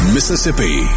Mississippi